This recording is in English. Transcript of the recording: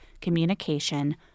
communication